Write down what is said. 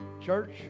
Church